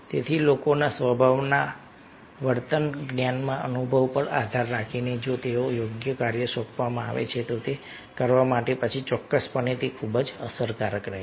તેથી લોકોના સ્વભાવના વર્તન જ્ઞાનના અનુભવ પર આધાર રાખીને જો તેઓને યોગ્ય કાર્ય સોંપવામાં આવે તો તે કરવા માટે પછી ચોક્કસપણે તે ખૂબ જ અસરકારક રહેશે